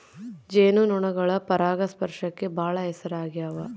ಜೇನು ನೊಣಗಳು ಪರಾಗಸ್ಪರ್ಶಕ್ಕ ಬಾಳ ಹೆಸರಾಗ್ಯವ